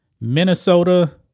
Minnesota